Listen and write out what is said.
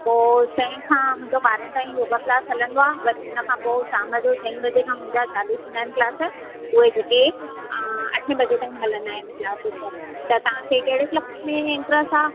त पोइ छै खां मुंहिंजो ॿारहें ताणी योगा क्लास हलंदो आहे वरी हुन खां पोइ शाम जो चईं बजे खां मुंहिंजा चालू थींदा आहिनि क्लास उहे जेके अ अठें बजे ताईं हलंदा आहिनि क्लासिस त तव्हांखे कहिड़े क्लास में इन्ट्रेस्ट आहे